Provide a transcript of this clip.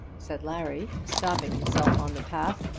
said larry, stopping himself on the path,